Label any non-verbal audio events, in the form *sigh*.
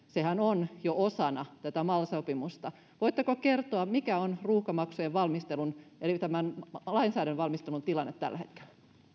*unintelligible* sehän on jo osana tätä mal sopimusta voitteko kertoa mikä on ruuhkamaksujen valmistelun eli tämän lainsäädännön valmistelun tilanne tällä hetkellä